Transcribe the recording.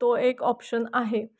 तो एक ऑप्शन आहे